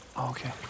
Okay